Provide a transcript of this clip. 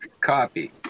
Copy